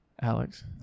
Alex